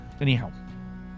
Anyhow